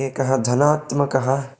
एकः धनात्मकः